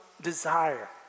desire